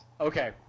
Okay